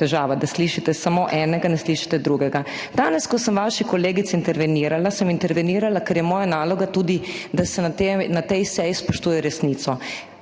težava, da slišite samo enega, ne slišite drugega. Danes, ko sem vaši kolegici intervenirala, sem intervenirala, ker je moja naloga tudi, da se na tej seji spoštuje resnico.